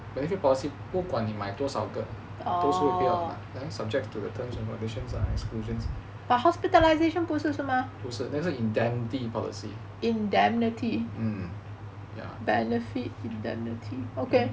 benefit policy 不管你买多少个都是会 payout 的 subject to the terms and conditions ah exclusions 不是那个是 indemnity policy mm ya